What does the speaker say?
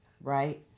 Right